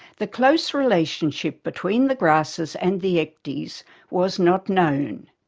the close relationship between the grasses and the ecdies was not known.